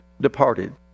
departed